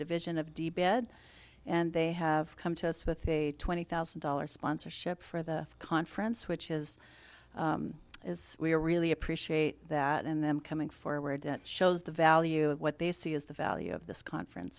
division of de bed and they have come to us with a twenty thousand dollars sponsorship for the conference which is is we're really appreciate that and them coming forward that shows the value of what they see as the value of this conference